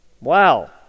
Wow